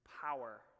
power